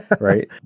right